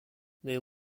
they